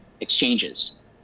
exchanges